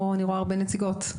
אני רואה שיש כאן נציגות רבות.